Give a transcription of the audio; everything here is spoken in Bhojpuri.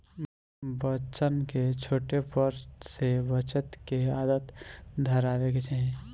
बच्चन के छोटे पर से बचत के आदत धरावे के चाही